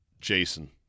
Jason